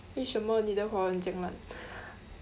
为什么你的华文酱烂